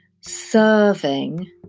serving